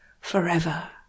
forever